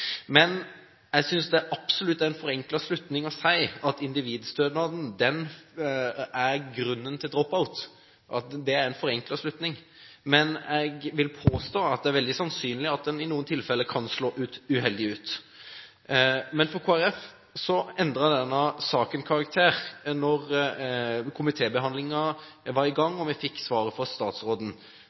men jeg vil påstå at det er veldig sannsynlig at individstønaden i noen tilfeller kan slå uheldig ut. For Kristelig Folkeparti endret denne saken karakter da komitébehandlingen var i gang og vi fikk svaret fra statsråden.